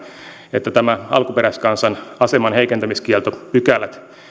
että nämä alkuperäiskansan aseman heikentämiskieltopykälät